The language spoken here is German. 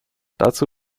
dazu